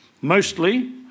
Mostly